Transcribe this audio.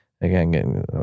again